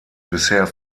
bisher